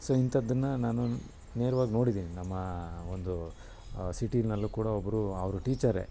so ಇಂಥದ್ದನ್ನು ನಾನು ನೇರ್ವಾಗಿ ನೋಡಿದ್ದೀನಿ ನಮ್ಮ ಒಂದು ಸಿಟಿಯಲ್ಲೂ ಕೂಡ ಒಬ್ಬರು ಅವರು ಟೀಚರೆ